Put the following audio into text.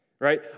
right